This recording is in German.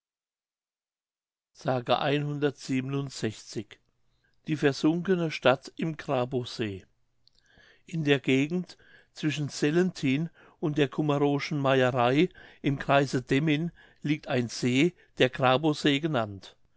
die versunkene stadt im grabowsee in der gegend zwischen sellenthin und der cummerowschen meierei im kreise demmin liegt ein see der grabowsee genannt